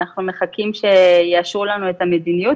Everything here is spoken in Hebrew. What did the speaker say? אנחנו מחכים שיאשרו לנו את המדיניות.